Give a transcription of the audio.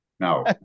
No